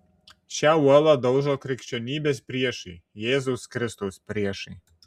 šią uolą daužo krikščionybės priešai jėzaus kristaus priešai